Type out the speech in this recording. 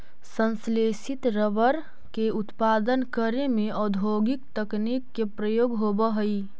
संश्लेषित रबर के उत्पादन करे में औद्योगिक तकनीक के प्रयोग होवऽ हइ